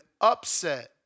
upset